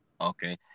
Okay